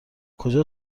کجا